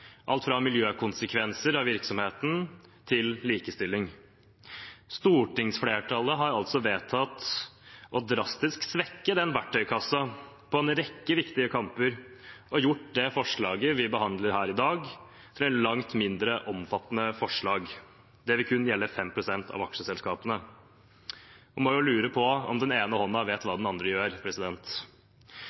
alt fra miljøkonsekvenser av sin virksomhet til likestilling. Stortingsflertallet har altså vedtatt drastisk å svekke den verktøykassen for en rekke viktige kamper og har gjort det forslaget vi behandler i dag, til et langt mindre omfattende forslag. Det vil gjelde kun 5 pst. av aksjeselskapene. Man må jo lure på om den ene hånden vet hva den andre gjør.